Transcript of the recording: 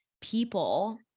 people